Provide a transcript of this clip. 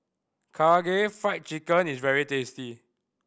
Karaage Fried Chicken is very tasty